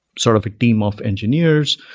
sort of a team of engineers,